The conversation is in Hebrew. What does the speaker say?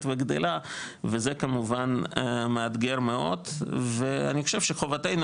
וגדלה וזה כמובן מאתגר מאוד ואני חושב שחובתנו